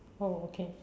oh okay